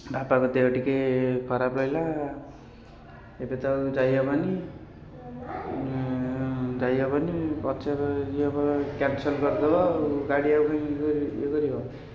ବାପାଙ୍କ ଦେହ ଟିକିଏ ଖରାପ ହେଲା ଏବେ ତ ଆଉ ଯାଇ ହବନି ଯାଇ ହବନି ପଛରେ କ୍ୟାନ୍ସଲ୍ କରିଦେବା ଗାଡ଼ି ଆଉ ଇଏ କରିବ